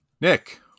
Nick